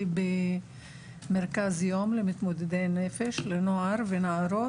במרכז יום למתמודדי נפש לנוער ונערות.